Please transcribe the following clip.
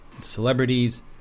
celebrities